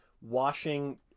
washing